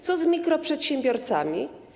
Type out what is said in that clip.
Co z mikroprzedsiębiorcami?